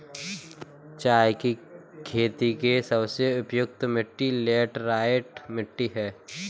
चाय की खेती के लिए सबसे उपयुक्त मिट्टी लैटराइट मिट्टी है